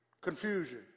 confusion